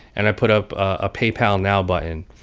and i put up a paypal now button.